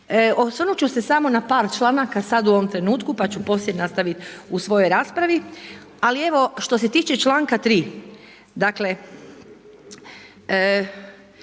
Osvrnut ću se samo na par članaka sada u ovom trenutku, pa ću poslije nastaviti u svojoj raspravi. Ali evo, što se tiče članka 3. dakle,